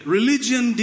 Religion